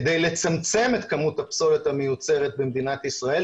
כדי לצמצם את כמות הפסולת המיוצרת במדינת ישראל,